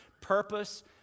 purpose